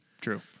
True